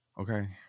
okay